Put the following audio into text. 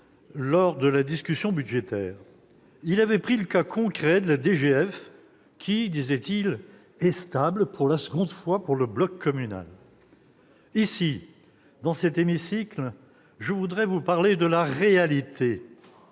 lors de la discussion budgétaire. Il avait pris le cas concret de la DGF qui, disait-il, est stable pour la seconde fois pour le bloc communal. Ici, dans cet hémicycle, je voudrais vous parler de la réalité